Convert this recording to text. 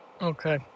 Okay